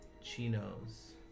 chinos